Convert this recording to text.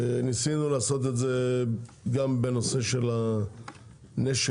ניסינו לעשות את זה גם בנושא של הנשק